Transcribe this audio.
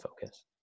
focus